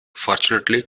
fortunately